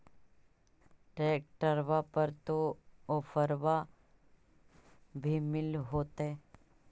ट्रैक्टरबा पर तो ओफ्फरबा भी मिल होतै?